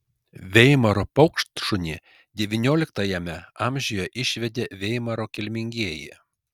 veimaro paukštšunį devynioliktajame amžiuje išvedė veimaro kilmingieji